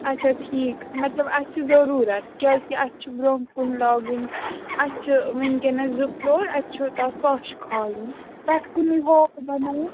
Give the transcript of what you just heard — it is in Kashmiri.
اچھا ٹھیٖک مطلب اَسہِ چھُ ضٔروٗرَت کیٛازکہِ اَسہِ چھُ برٛونٛہہ کُن لاگٕنۍ اَسہِ چھِ وٕنۍکٮ۪نَس زٕ فٕلور اَسہِ چھُ تَتھ پَش کھالُن پٮ۪ٹھ کُنُے ہال بَناوُن